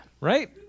Right